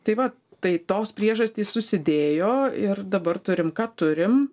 tai va tai tos priežastys susidėjo ir dabar turim ką turim